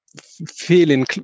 feeling